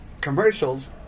commercials